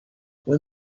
when